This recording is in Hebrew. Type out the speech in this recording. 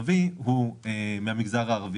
ערבי הוא מהמגזר הערבי,